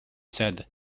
said